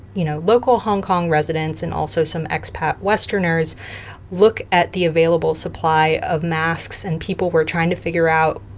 you know, local hong kong residents and, also, some expat westerners look at the available supply of masks. and people were trying to figure out,